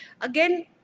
again